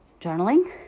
journaling